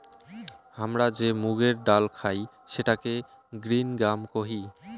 হামরা যে মুগের ডাল খাই সেটাকে গ্রিন গ্রাম কোহি